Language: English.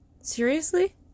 Seriously